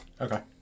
Okay